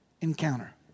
encounter